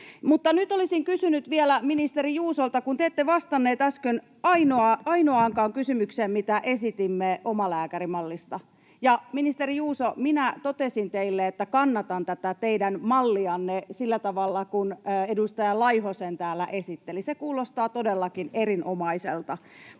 Nyt olisin kysynyt vielä ministeri Juusolta, kun te ette vastannut äsken ainoaankaan kysymykseen, mitä esitimme omalääkärimallista, ja, ministeri Juuso, minä totesin teille, että kannatan tätä teidän mallianne sillä tavalla kuin edustaja Laiho sen täällä esitteli. Se kuulostaa todellakin erinomaiselta.